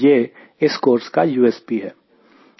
यह इस कोर्स का USP USP unique selling point है